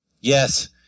Yes